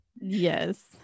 Yes